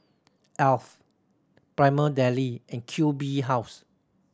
Alf Prima Deli and Q B House